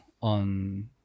on